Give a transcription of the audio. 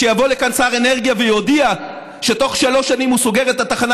שיבוא לכאן שר אנרגיה ויודיע שבתוך שלוש שנים הוא סוגר את התחנה